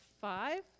five